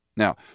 Now